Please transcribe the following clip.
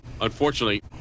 unfortunately